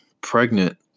pregnant